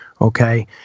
Okay